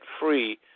free